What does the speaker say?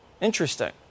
Interesting